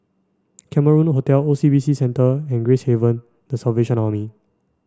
Cameron Hotel O C B C Centre and Gracehaven the Salvation Army